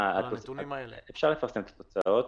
אפשר לפרסם את התוצאות.